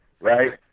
right